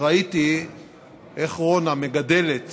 ראיתי איך רונה מגדלת